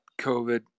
COVID